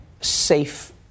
safe